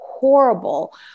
horrible